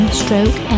stroke